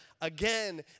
again